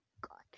God